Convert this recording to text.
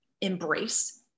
embrace